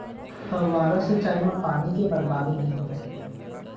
फवारा सिंचई म पानी के बरबादी नइ होवय